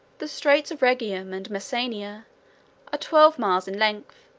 the straits of rhegium and messina are twelve miles in length,